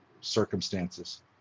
circumstances